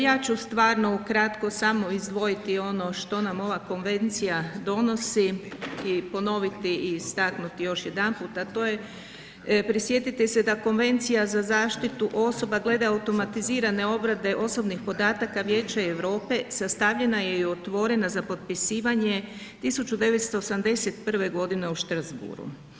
Ja ću stvarno ukratko samo izdvojiti ono što nam ova konvencija donosi i ponoviti i istaknuti još jedanput, a to je prisjetite se da Konvencija za zaštitu osoba glede automatizirane obrade osobnih podataka Vijeća Europe sastavljena je i otvorena za potpisivanje 1981.g. u Strasbourgu.